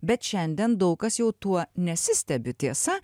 bet šiandien daug kas jau tuo nesistebi tiesa